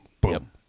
Boom